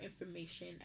information